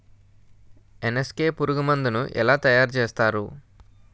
NSK పురుగు మందు ను ఎలా తయారు చేస్తారు?